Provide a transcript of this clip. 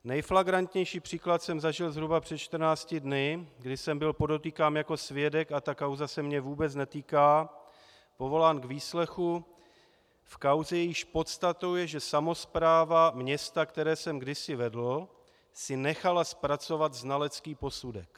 Nejflagrantnější příklad jsem zažil zhruba před 14 dny, kdy jsem byl podotýkám jako svědek a ta kauza se mě vůbec netýká povolán k výslechu v kauze, jejíž podstatou je, že samospráva města, které jsem kdysi vedl, si nechala zpracovat znalecký posudek.